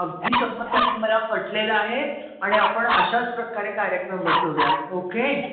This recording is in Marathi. अगदी शंभर टक्के मला पटलेलं आहे आणि आपण अशाच प्रकारे कार्यक्रम बसवू या ओके